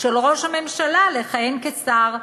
של ראש הממשלה לכהן כשר".